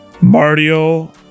Mario